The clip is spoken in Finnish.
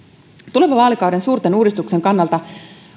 tulevan vaalikauden suurten uudistuksien kannalta